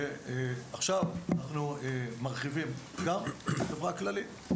ועכשיו אנחנו מרחיבים גם לחברה הכללית.